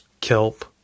kelp